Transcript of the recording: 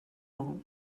mans